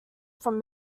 from